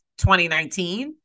2019